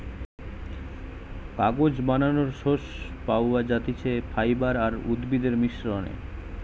কাগজ বানানোর সোর্স পাওয়া যাতিছে ফাইবার আর উদ্ভিদের মিশ্রনে